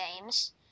games